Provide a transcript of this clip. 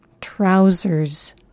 Trousers